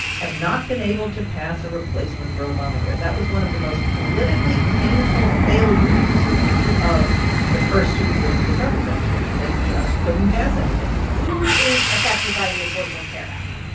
have not been able to pass a replacement for obamacare. that was one of the most politically painful failures of the first two years of the trump administration. they just couldn't pass anything who is affected by the affordable care act?